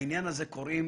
לעניין הזה קוראים